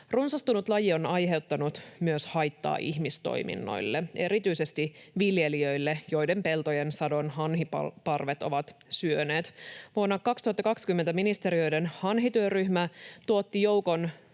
Runsastunut laji on aiheuttanut myös haittaa ihmistoiminnoille, erityisesti viljelijöille, joiden peltojen sadon hanhiparvet ovat syöneet. Vuonna 2020 ministeriöiden hanhityöryhmä tuotti joukon